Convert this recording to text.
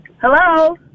Hello